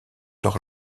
leur